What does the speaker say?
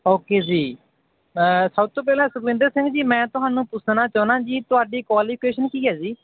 okay ਜੀ ਸਭ ਤੋਂ ਪਹਿਲਾਂ ਸੁਖਵਿੰਦਰ ਸਿੰਘ ਜੀ ਮੈਂ ਤੁਹਾਨੂੰ ਪੁੱਛਣਾ ਚਾਹੁੰਦਾ ਜੀ ਤੁਹਾਡੀ ਕੁਆਲੀਫਿਕੇਸ਼ਨ ਕੀ ਹੈ ਜੀ